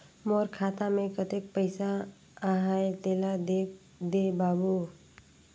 मोर खाता मे कतेक पइसा आहाय तेला देख दे बाबु?